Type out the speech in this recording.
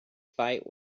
fight